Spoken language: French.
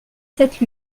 cette